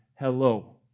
hello